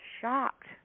shocked